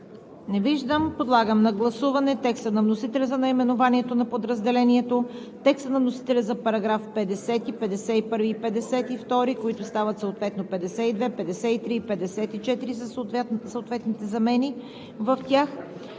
Не виждам. Подлагам на гласуване текста на вносителя за наименованието на подразделението; текста на вносителя за § 50, § 51 и § 52, които стават § 52, § 53 и § 54 със съответните замени в тях;